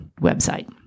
website